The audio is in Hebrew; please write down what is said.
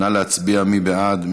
נא להצביע, מי בעד?